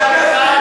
חברי הכנסת,